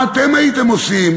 מה אתם הייתם עושים,